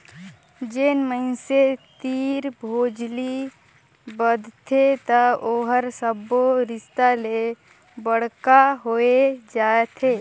जेन मइनसे तीर भोजली बदथे त ओहर सब्बो रिस्ता ले बड़का होए जाथे